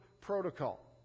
protocol